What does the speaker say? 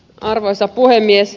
arvoisa puhemies